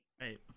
Right